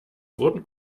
wurden